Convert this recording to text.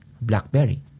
Blackberry